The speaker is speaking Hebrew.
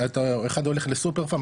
אחד הולך לסופרפארם,